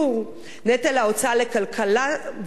נטל ההוצאה לכלכלה ולאחזקת הבית,